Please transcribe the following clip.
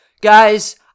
guys